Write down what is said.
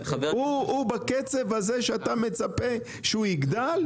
הוא בקצב הזה שאתה מצפה שהוא יגדל,